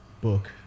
book